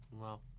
Wow